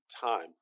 time